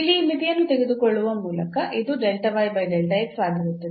ಇಲ್ಲಿ ಈ ಮಿತಿಯನ್ನು ತೆಗೆದುಕೊಳ್ಳುವ ಮೂಲಕ ಇದು ಆಗಿರುತ್ತದೆ